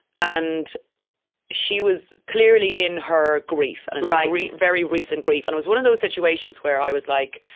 and she was clearly in her grief and and right right very recent grief. and was one of those situations where i was like,